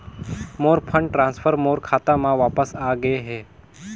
मोर fund transfer मोर खाता म वापस आ गे हे